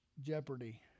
Jeopardy